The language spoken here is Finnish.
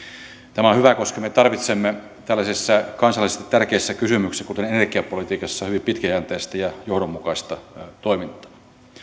tämä on hyvä koska me tarvitsemme tällaisissa kansallisesti tärkeissä kysymyksissä kuten energiapolitiikassa hyvin pitkäjänteistä ja johdonmukaista toimintaa